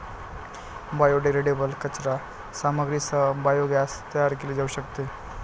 biodegradable कचरा सामग्रीसह biogas तयार केले जाऊ शकते